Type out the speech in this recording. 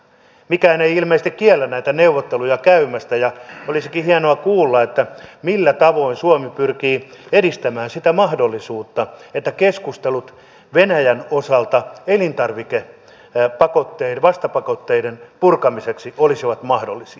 mikään ei ilmeisesti kiellä näitä neuvotteluja käymästä ja olisikin hienoa kuulla millä tavoin suomi pyrkii edistämään sitä mahdollisuutta että keskustelut venäjän osalta elintarvikepakotteiden vastapakotteiden purkamiseksi olisivat mahdollisia